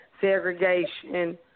segregation